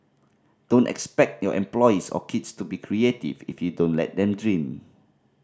don't expect your employees or kids to be creative if you don't let them dream